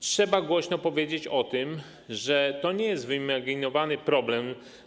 Trzeba głośno powiedzieć o tym, że to nie jest wyimaginowany problem.